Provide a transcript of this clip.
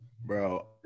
bro